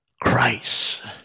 Christ